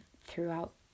throughout